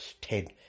Ted